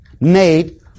made